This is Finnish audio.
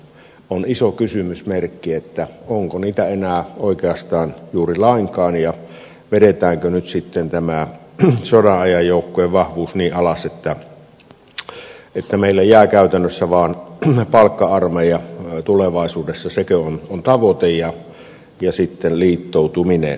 on iso kysymysmerkki onko niitä enää oikeastaan juuri lainkaan ja vedetäänkö nyt sitten tämä sodanajan joukkojen vahvuus niin alas että meille jää käytännössä vaan palkka armeija tulevaisuudessa sekö on tavoite ja sitten liittoutuminen